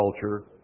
culture